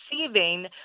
receiving